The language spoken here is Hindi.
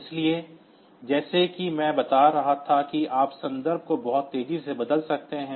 इसलिए जैसा कि मैं बता रहा था कि आप संदर्भ को बहुत तेजी से बदल सकते हैं